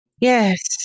Yes